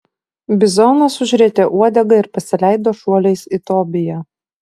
bizonas užrietė uodegą ir pasileido šuoliais į tobiją